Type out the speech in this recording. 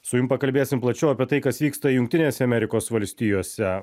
su jum pakalbėsim plačiau apie tai kas vyksta jungtinėse amerikos valstijose